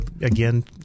again